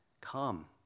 Come